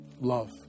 Love